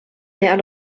der